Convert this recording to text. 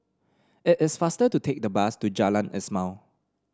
it is faster to take the bus to Jalan Ismail